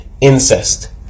incest